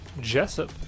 Jessup